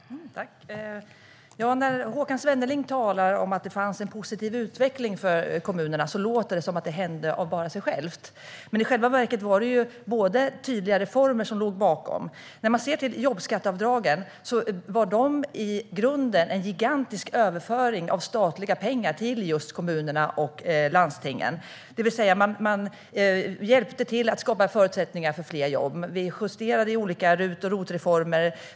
Herr talman! När Håkan Svenneling talar om att det fanns en positiv utveckling för kommunerna låter det som att den kom av sig själv. Men i själva verket låg det tydliga reformer bakom den. Jobbskatteavdragen var i grunden en gigantisk överföring av statliga pengar till just kommunerna och landstingen. Man hjälpte alltså till att skapa förutsättningar för fler jobb. Vi justerade olika RUT och ROT-reformer.